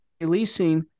releasing